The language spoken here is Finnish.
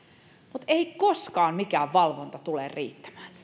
mutta ei koskaan mikään valvonta tule riittämään